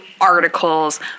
articles